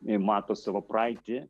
mato savo praeitį